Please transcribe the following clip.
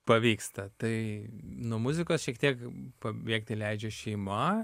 pavyksta tai nuo muzikos šiek tiek pabėgti leidžia šeima